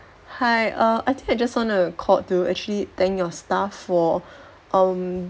hi err I think I just want to call to actually thank your staff for um